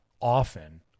often